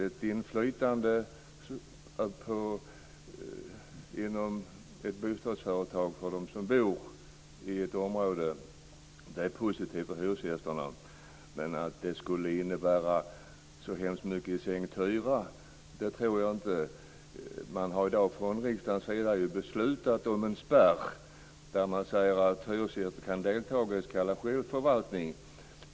Ett inflytande inom bostadsföretaget är positivt för hyresgästerna i ett området, men jag tror inte att det skulle innebära så hemskt mycket i sänkt hyra. Riksdagen har ju beslutat om en spärr där man säger att hyresgäster kan delta i s.k. självförvaltning.